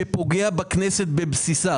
שפוגע בכנסת בבסיסה.